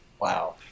wow